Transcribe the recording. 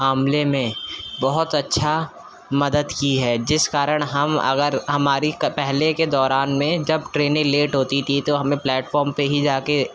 معاملے میں بہت اچھا مدد کی ہے جس کارڑ ہم اگر ہماری پہلے کے دوران میں جب ٹرینیں لیٹ ہوتی تھیں تو ہمیں پلیٹ فارم پر ہی جا کے